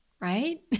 Right